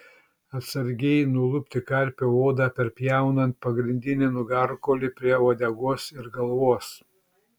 atsargiai nulupti karpio odą perpjaunant pagrindinį nugarkaulį prie uodegos ir galvos